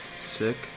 Sick